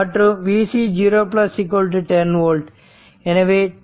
மற்றும் Vc0 10 volt